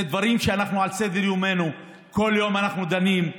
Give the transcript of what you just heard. אלה דברים שעל סדר-יומנו, כל יום אנחנו דנים.